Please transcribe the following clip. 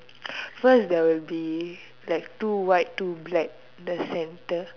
first there would be like two white two black in the centre